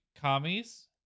commies